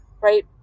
right